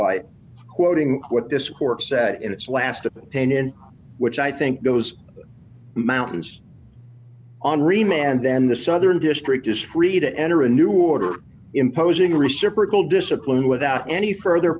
by quoting what this court said in its last opinion which i think those mountains on remain and then the southern district is free to enter a new order imposing reciprocal discipline without any further